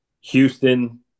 Houston